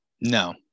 No